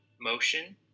motion